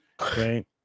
right